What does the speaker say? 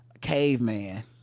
caveman